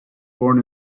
born